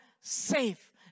safe